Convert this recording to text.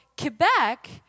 Quebec